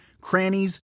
crannies